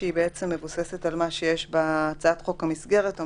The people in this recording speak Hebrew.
שמבוססת על הצעת חוק המסגרת,